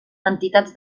entitats